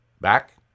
Back